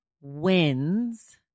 wins